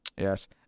yes